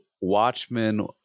Watchmen